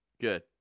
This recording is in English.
Good